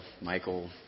Michael